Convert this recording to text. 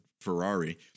Ferrari